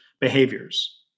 behaviors